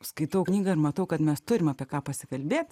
skaitau knygą ir matau kad mes turime apie ką pasikalbėt